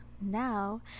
now